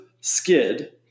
skid